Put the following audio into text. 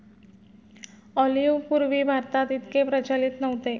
olive पूर्वी भारतात इतके प्रचलित नव्हते